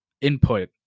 input